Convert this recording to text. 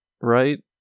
right